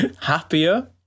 happier